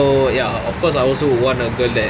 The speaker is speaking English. so ya of course I also would want a girl that